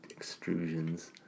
extrusions